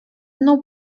mną